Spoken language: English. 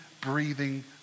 breathing